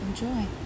enjoy